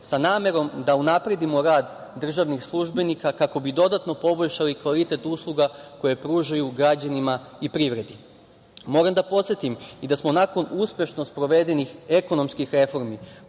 sa namerom da unapredimo rad državnih službenika, kako bi dodatno poboljšali kvalitet usluga koje pružaju građanima i privredi. Moram da podsetim i da smo nakon uspešno sprovedenih ekonomskih reformi,